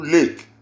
Lake